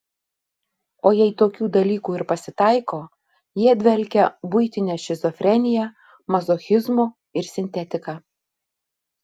o jei tokių dalykų ir pasitaiko jie dvelkia buitine šizofrenija mazochizmu ir sintetika